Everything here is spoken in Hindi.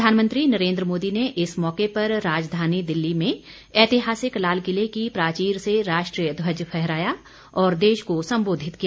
प्रधानमंत्री नरेन्द्र मोदी ने इस मौके पर राजधानी दिल्ली में ऐतिहासिक लाल किले की प्राचीर से राष्ट्रीय ध्वज फहराया और देश को संबोधित किया